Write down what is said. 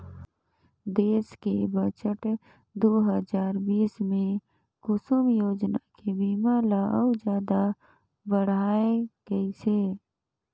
देस के बजट दू हजार बीस मे कुसुम योजना के सीमा ल अउ जादा बढाए गइसे